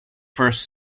first